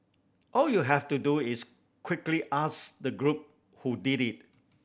all you have to do is quickly ask the group who did it